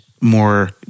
more